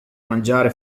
mangiare